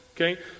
okay